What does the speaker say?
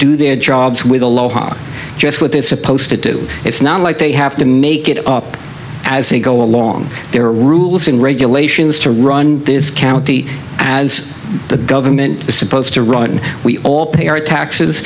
do their jobs with aloha just what they're supposed to do it's not like they have to make it up as they go along there are rules and regulations to run this county as the government is supposed to run we all pay our taxes